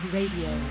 Radio